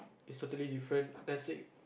is totally different let us say